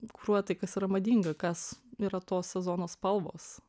kuruoja tai kas yra madinga kas yra to sezono spalvos